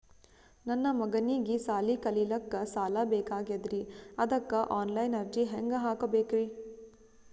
ನನ್ನ ಮಗನಿಗಿ ಸಾಲಿ ಕಲಿಲಕ್ಕ ಸಾಲ ಬೇಕಾಗ್ಯದ್ರಿ ಅದಕ್ಕ ಆನ್ ಲೈನ್ ಅರ್ಜಿ ಹೆಂಗ ಹಾಕಬೇಕ್ರಿ?